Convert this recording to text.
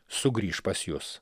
sugrįš pas jus